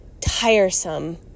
tiresome